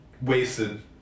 wasted